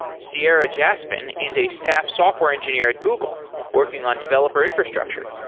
ciera jaspan is a staff software engineer at google working on developer infrastructure.